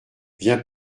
viens